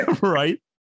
Right